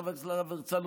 חבר הכנסת להב הרצנו,